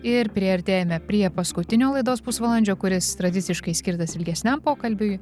ir priartėjame prie paskutinio laidos pusvalandžio kuris tradiciškai skirtas ilgesniam pokalbiui